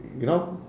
you know